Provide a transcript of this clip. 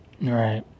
Right